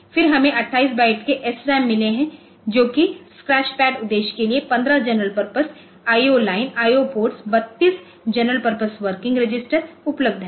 फिर हमें 28 बाइट्स के SRAM मिले हैं जो कि स्क्रैडपैड उद्देश्य के लिए 15 general purpose IO line IO ports 32 general purpose working register उपलब्ध हैं